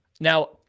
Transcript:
Now